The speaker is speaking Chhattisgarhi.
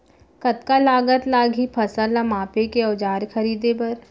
कतका लागत लागही फसल ला मापे के औज़ार खरीदे बर?